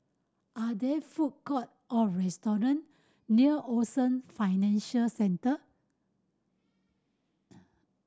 are there food court or restaurant near Ocean Financial Centre